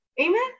Amen